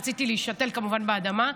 רציתי להישתל כמובן באדמה,